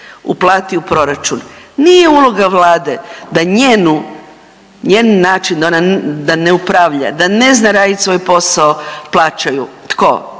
uplati u proračun. Nije uloga Vlade da njen način da ona ne upravlja, da ne zna raditi svoj posao plaćaju? Tko?